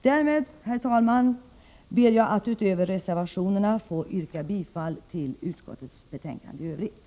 Därmed yrkar jag, herr talman, förutom bifall till reservationerna bifall till utskottets hemställan i övrigt.